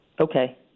Okay